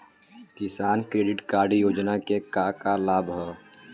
किसान credit card योजना के का का लाभ ह?